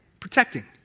Protecting